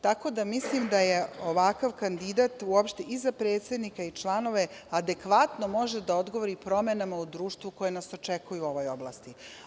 Tako da mislim da je ovakav kandidat uopšte i za predsednika i članove adekvatno može da odgovori promenama u društvu koje nas očekuje u ovoj oblasti.